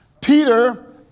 Peter